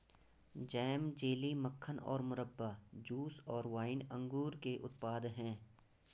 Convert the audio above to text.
jam, jelly, मक्खन और मुरब्बा, जूस और वाइन अंगूर के उत्पाद हैं